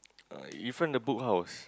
uh in front the Book House